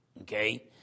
okay